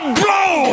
blow